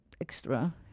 extra